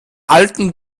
alten